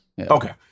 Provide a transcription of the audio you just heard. Okay